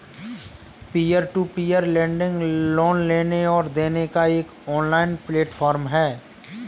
peer to peer lending loan लेने और देने का एक ऑनलाइन प्लेटफ़ॉर्म है